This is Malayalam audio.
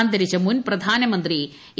അന്തരിച്ച മുൻ പ്രധാനമന്ത്രി എ